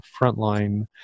frontline